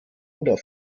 oder